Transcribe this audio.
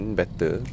better